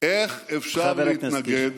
איך אפשר להתנגד